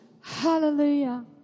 Hallelujah